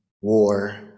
war